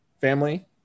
family